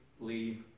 leave